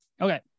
Okay